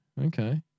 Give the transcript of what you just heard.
okay